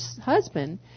husband